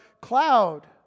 cloud